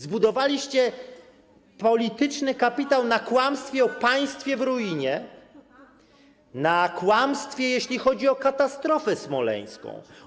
Zbudowaliście polityczny kapitał na kłamstwie o państwie w ruinie, na kłamstwie, jeśli chodzi o katastrofę smoleńską.